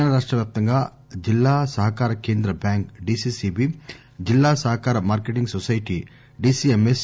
తెలంగాణ రాష్టవ్యాప్తంగా జిల్లా సహకార కేంద్ర బ్యాంక్ డిసిసిబి జిల్లా సహకార మార్కెటింగ్ సొసైటీ డిసిఎంఎస్